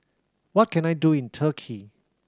what can I do in Turkey